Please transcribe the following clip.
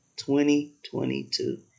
2022